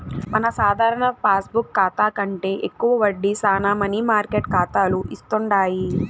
మన సాధారణ పాస్బుక్ కాతా కంటే ఎక్కువ వడ్డీ శానా మనీ మార్కెట్ కాతాలు ఇస్తుండాయి